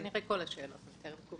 כנראה כל השאלות הן טרם תקופתי.